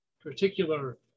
particular